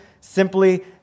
simply